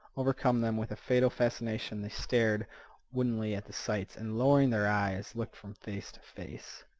overcome them with a fatal fascination. they stared woodenly at the sights, and, lowering their eyes, looked from face to face.